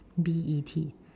B E T